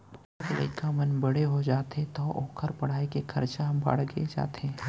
लोग लइका मन बड़े हो जाथें तौ ओकर पढ़ाई के खरचा ह बाड़गे जाथे